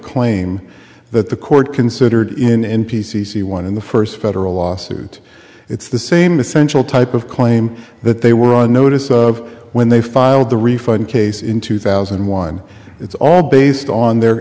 claim that the court considered in n p c c one in the first federal lawsuit it's the same essential type of claim that they were on notice of when they filed the refund case in two thousand and one it's all based on their